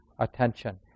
attention